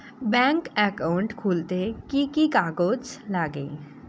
Bank account খুলতে কি কি কাগজ লাগে?